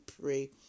pray